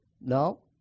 No